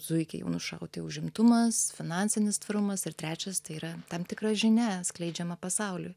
zuikiai jau nušauti užimtumas finansinis tvarumas ir trečias tai yra tam tikra žinia skleidžiama pasauliui